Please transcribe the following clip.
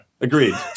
agreed